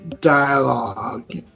dialogue